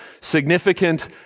significant